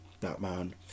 Batman